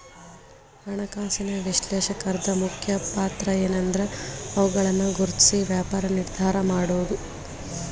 ಹಣಕಾಸಿನ ವಿಶ್ಲೇಷಕರ್ದು ಮುಖ್ಯ ಪಾತ್ರಏನ್ಂದ್ರ ಅವಕಾಶಗಳನ್ನ ಗುರ್ತ್ಸಿ ವ್ಯಾಪಾರ ನಿರ್ಧಾರಾ ಮಾಡೊದು